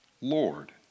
lord